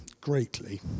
greatly